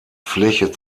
fläche